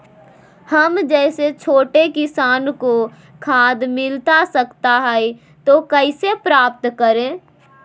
हम जैसे छोटे किसान को खाद मिलता सकता है तो कैसे प्राप्त करें?